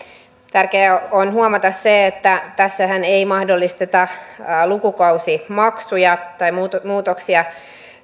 tärkeää on huomata se että tässähän ei mahdollisteta lukukausimaksuja tai muutoksia